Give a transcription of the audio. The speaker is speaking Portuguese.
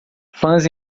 fãs